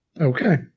Okay